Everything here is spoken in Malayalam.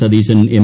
സതീശൻ എം